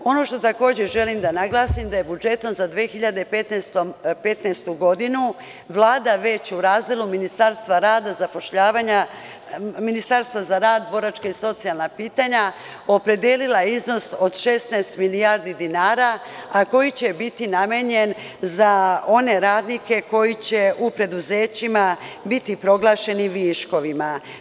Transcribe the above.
Ono što takođe želim da naglasim je da je budžetom za 2015. godinu Vlada već u razdelu Ministarstva za rad, boračka i socijalna pitanja opredelila iznos za 16 milijardi dinara koji će biti namenjeni za one radnike koji će u preduzećima biti proglašeni viškovima.